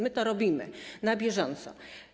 My to robimy na bieżąco.